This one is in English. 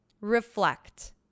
reflect